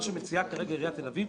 מה שמציעה כרגע עיריית תל אביב,